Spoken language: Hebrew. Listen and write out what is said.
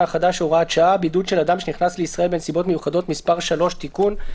החדש (בידוד של אדם שנכנס לישראל בנסיבות מיוחדות)(מס' 3)(תיקון).